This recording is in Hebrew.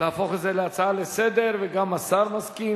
להפוך את זה להצעה לסדר-היום, וגם השר מסכים.